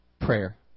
Prayer